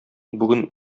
бүген